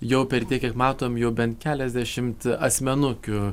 jau per tiek kiek matom jau bent keliasdešimt asmenukių